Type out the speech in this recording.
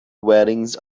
weddings